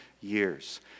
years